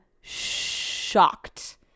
shocked